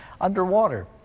underwater